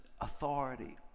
authority